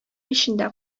эчендә